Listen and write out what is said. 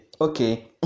Okay